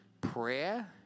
prayer